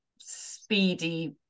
speedy